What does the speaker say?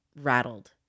rattled